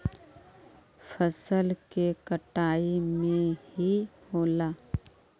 फसल के कटाई में की होला?